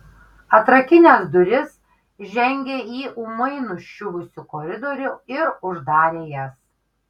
atrakinęs duris žengė į ūmai nuščiuvusį koridorių ir uždarė jas